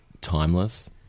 timeless